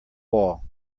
wall